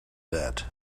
that